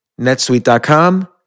netsuite.com